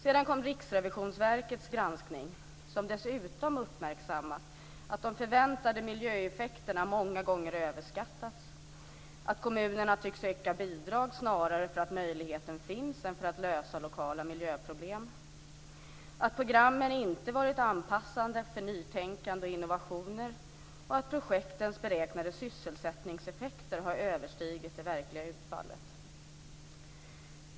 Sedan kom Riksrevisionsverkets granskning som dessutom uppmärksammat att de förväntade miljöeffekterna många gånger överskattats, att kommunerna tycks söka bidrag snarare för att möjligheten finns än för att lösa lokala miljöproblem. Programmen har inte varit anpassade för nytänkande och innovationer. Projektens beräknade sysselsättningseffekter har överstigit det verkliga utfallet.